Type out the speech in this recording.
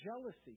jealousy